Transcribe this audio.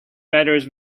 matters